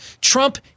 Trump